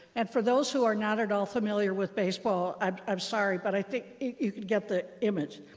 and for those who are not at all familiar with baseball, i'm i'm sorry, but i think you could get the image.